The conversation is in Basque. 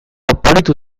oparitu